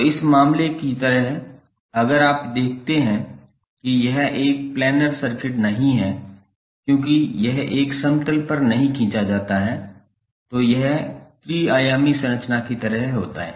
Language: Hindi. तो इस मामले की तरह अगर आप देखते हैं कि यह एक प्लैनर सर्किट नहीं है क्योंकि यह एक समतल पर नहीं खींचा जाता है तो यह त्रि आयामी संरचना की तरह होता है